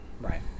Right